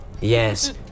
Yes